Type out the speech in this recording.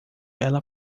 ela